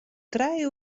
trije